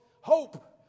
Hope